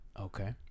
Okay